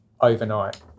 overnight